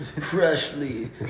freshly